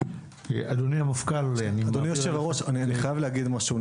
אדוני היושב-ראש, אני חייב להגיד משהו.